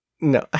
no